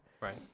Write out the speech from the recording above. Right